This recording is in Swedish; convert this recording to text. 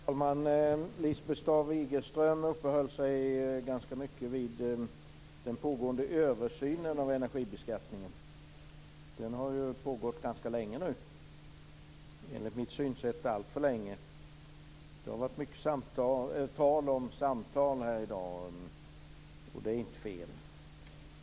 Herr talman! Lisbeth Staaf-Igelström uppehöll sig vid den pågående översynen av energibeskattningen. Den har pågått ganska länge - enligt min uppfattning alltför länge. Det har varit mycket samtal om samtal i dag. Det är inte fel.